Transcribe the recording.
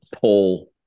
pull